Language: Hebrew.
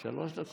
יש.